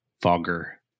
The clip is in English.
Fogger